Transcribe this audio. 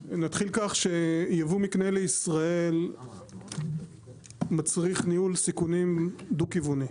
נתחיל כך שיבוא מקנה לישראל מצריך ניהול סיכונים דו כיווני,